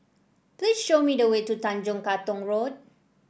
please show me the way to Tanjong Katong Road